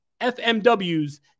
FMW's